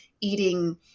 eating